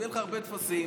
יהיו לך הרבה טפסים.